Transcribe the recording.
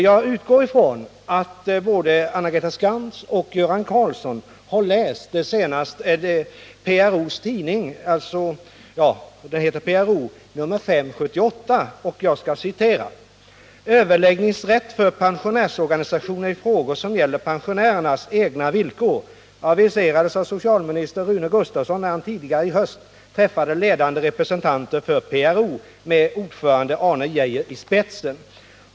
Jag utgår från att både Anna-Greta Skantz och Göran Karlsson har läst PRO, nr 5 1978. Jag skall citera ur en artikel i den: ”Överläggningsrätt för pensionärsorganisationer i frågor, som gäller pensionärernas egna villkor, aviserades av socialminister Rune Gustavsson, när han tidigare i höst träffade ledande representanter för PRO med ordförande Arne Geijer i spetsen.